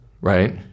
Right